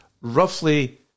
roughly